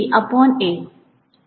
तर हेन्री आहे